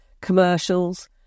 commercials